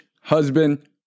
husband